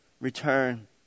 return